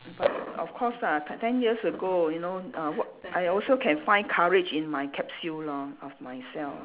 but of course ah t~ ten years ago you know uh w~ I also can find courage in my capsule lor of myself